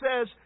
says